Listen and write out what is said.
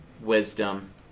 wisdom